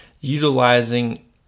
utilizing